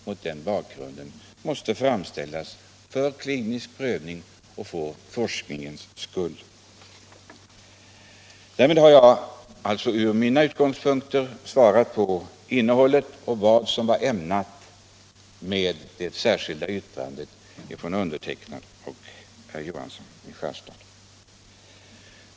Mot den bakgrunden måste THX-preparat framställas för klinisk prövning och för forskningens skull. Därmed har jag från mina utgångspunkter besvarat frågan om innehållet i vår framställning och vad som var avsikten med det särskilda yrkandet från mig och herr Johansson i Skärstad.